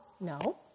No